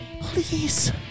Please